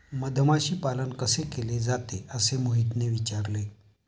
मधमाशी पालन कसे केले जाते? असे मोहितने विचारले